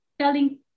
telling